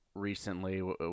Recently